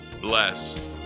bless